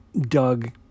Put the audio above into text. Doug